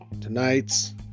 tonight's